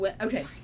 okay